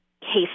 cases